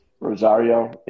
Rosario